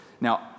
Now